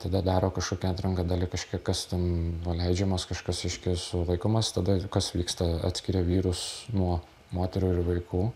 tada daro kažkokią atranką dalį kažkiek kas ten buvo leidžiamas kažkas reikškia sulaikomas tada kas vyksta atskiria vyrus nuo moterų ir vaikų